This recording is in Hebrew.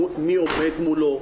מי עומד מולו,